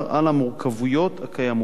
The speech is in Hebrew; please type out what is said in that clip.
על המורכבויות הקיימות בו.